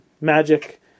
Magic